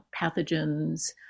pathogens